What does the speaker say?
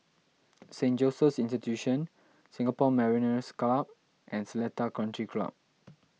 Saint Joseph's Institution Singapore Mariners' Club and Seletar Country Club